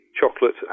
chocolate